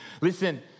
Listen